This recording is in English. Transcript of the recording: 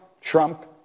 trump